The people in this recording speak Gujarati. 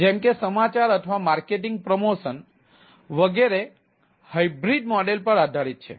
જેમ કે સમાચાર અથવા માર્કેટિંગ પ્રમોશન વગેરે હાઇબ્રિડ મોડેલ પર આધારિત છે